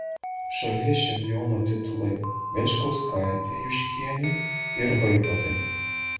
šalies čempionų titulai venčkauskaitei juškienei ir vaivadai